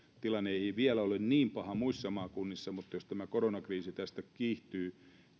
tilanne ei vielä ole niin paha muissa maakunnissa mutta jos tämä koronakriisi tästä kiihtyy